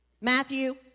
Matthew